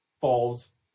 falls